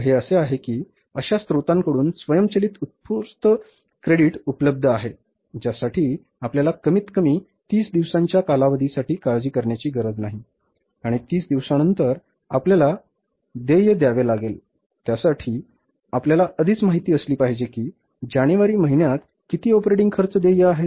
तर हे असे आहे की अशा स्त्रोतांकडून स्वयंचलित उत्स्फूर्त क्रेडिट उपलब्ध आहे ज्यासाठी आपल्याला कमीतकमी 30 दिवसांच्या कालावधीसाठी काळजी करण्याची गरज नाही आणि 30 दिवसांनंतर आपल्याला देय द्यावे लागेल त्यासाठी आपल्याला आधीच माहिती असले पाहिजे की जानेवारी महिन्यात किती ऑपरेटिंग खर्च देय आहेत